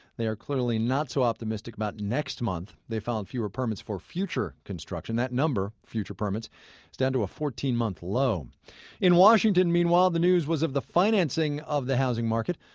they are clearly not so optimistic about next month. they filed fewer permits for future construction. that number, number, future permits, is down to a fourteen month low in washington, meanwhile, the news was of the financing of the housing market.